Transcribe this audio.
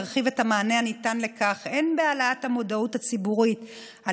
ירחיב את המענה הניתן לכך הן בהעלאת המודעות הציבורית על